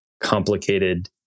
complicated